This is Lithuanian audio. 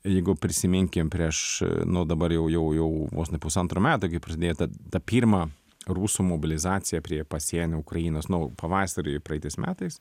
jeigu prisiminkim prieš nu dabar jau jau jau vos ne pusantra metai kai prasidėjo ta ta pirma rusų mobilizacija prie pasienio ukrainos nu pavasarį praeitais metais